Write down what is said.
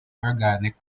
organic